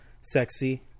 sexy